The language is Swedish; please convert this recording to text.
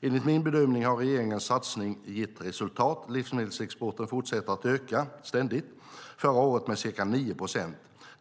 Enligt min bedömning har regeringens satsningar gett resultat. Livsmedelsexporten fortsätter att öka stadigt, förra året med ca 9 procent.